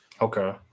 Okay